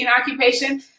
occupation